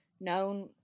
known